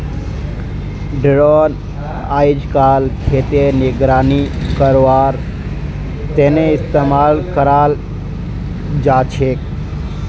drone अइजकाल खेतेर निगरानी करवार तने इस्तेमाल कराल जाछेक